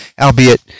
albeit